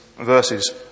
verses